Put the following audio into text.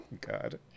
God